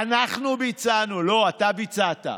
"אנחנו ביצענו" לא, אתה ביצעת,